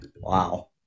wow